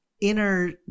inner